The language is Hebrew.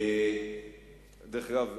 דרך אגב,